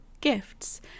gifts